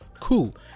cool